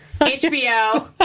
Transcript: HBO